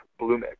Bluemix